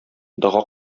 дага